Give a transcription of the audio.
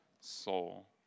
soul